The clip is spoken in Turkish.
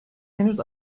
henüz